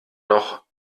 noch